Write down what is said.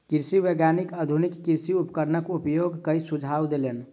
कृषि वैज्ञानिक आधुनिक कृषि उपकरणक उपयोग के सुझाव देलैन